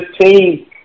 team